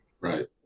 right